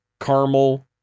Caramel